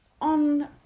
on